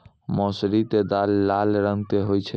मौसरी के दाल लाल रंग के होय छै